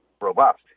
robust